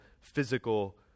physical